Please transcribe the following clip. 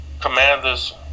Commanders